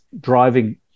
driving